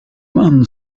man